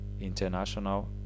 international